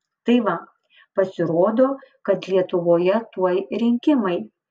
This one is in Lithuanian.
tai va pasirodo kad lietuvoje tuoj rinkimai